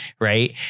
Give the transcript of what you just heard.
Right